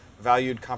valued